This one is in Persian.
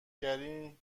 گری